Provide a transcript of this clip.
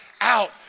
out